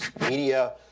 media